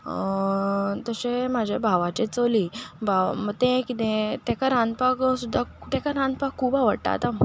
तशें म्हजें भावाचें चली भाव तें कितें ताका रांदपाक सुद्दां ताका रांदपाक खूब आवडटा